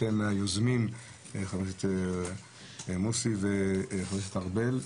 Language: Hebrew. אתם היוזמים חבר הכנסת מוסי וחבר הכנסת ארבל.